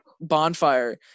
bonfire